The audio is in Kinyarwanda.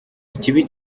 ikibi